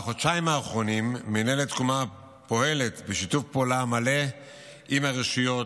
בחודשים האחרונים פועלת מינהלת תקומה בשיתוף פעולה מלא עם הרשויות,